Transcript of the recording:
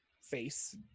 face